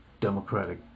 Democratic